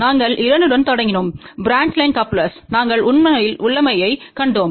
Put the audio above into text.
நாங்கள் 2 உடன் தொடங்கினோம் பிரான்ச் லைன் கப்லெர்ஸ் நாங்கள் உண்மையில் உள்ளமைவைக் கண்டோம்